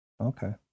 Okay